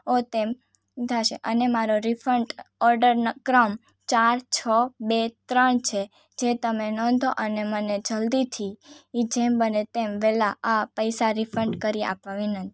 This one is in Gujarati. ઑ તેમ થશે અને મારો રિફંડ ઓર્ડરનો ક્રમ ચાર છ બે ત્રણ છે જે તમે નોંધો અને મને જલ્દીથી એ જેમ બને તેમ વહેલાં આ પૈસા રિફંડ કરી આપવા વિનંતી